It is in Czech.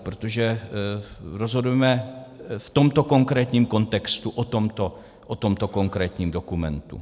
Protože rozhodujeme v tomto konkrétním kontextu o tomto konkrétním dokumentu.